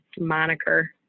moniker